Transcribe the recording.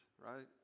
right